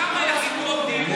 כמה יחידות דיור